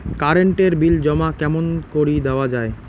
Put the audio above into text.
Current এর bill জমা কেমন করি দেওয়া যায়?